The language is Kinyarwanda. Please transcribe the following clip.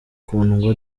kundwa